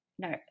no